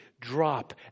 drop